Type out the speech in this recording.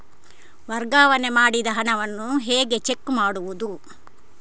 ವರ್ಗಾವಣೆ ಮಾಡಿದ ಹಣವನ್ನು ಹೇಗೆ ಚೆಕ್ ಮಾಡುವುದು?